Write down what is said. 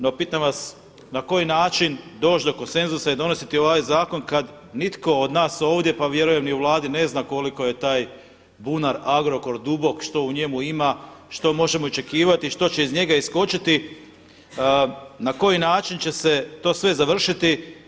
No, pitam vas na koji način doći do konsenzusa i donositi ovaj zakon kad nitko od nas ovdje pa vjerujem ni u Vladi ne zna koliko je taj bunar Agrokor dubok, što u njemu ima, što možemo očekivati, što će iz njega iskočiti, na koji način će se to sve završiti.